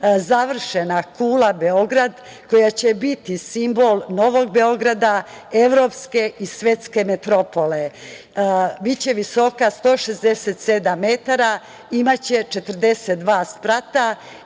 završena Kula Beograd koja će biti simbol Novog Beograda, evropske i svetske metropole, biće visoka 167 metara, imaće 42 sprata